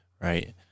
Right